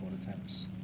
attempts